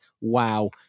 Wow